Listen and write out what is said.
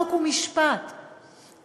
חוק ומשפט,